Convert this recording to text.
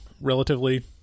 relatively